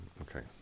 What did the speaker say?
Okay